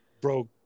broke